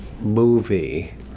movie